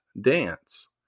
Dance